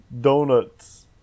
donuts